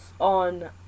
on